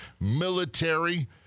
military